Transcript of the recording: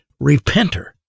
repenter